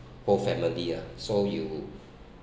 whole family ah so you